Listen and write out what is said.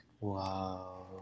Wow